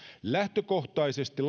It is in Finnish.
lähtökohtaisesti